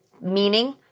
meaning